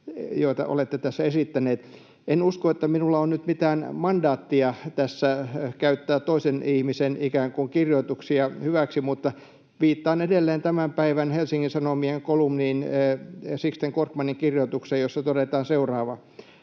joita olette tässä esittäneet. En usko, että minulla on nyt mitään mandaattia tässä käyttää toisen ihmisen kirjoituksia hyväksi, mutta viittaan edelleen tämän päivän Helsingin Sanomien kolumniin, Sixten Korkmanin kirjoitukseen, jossa todetaan seuraavaa: